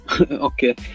Okay